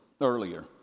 Earlier